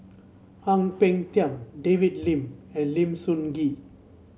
Ang Peng Tiam David Lim and Lim Sun Gee